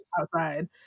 outside